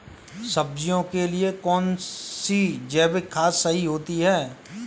सब्जियों के लिए कौन सी जैविक खाद सही होती है?